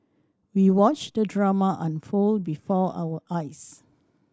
we watched the drama unfold before our eyes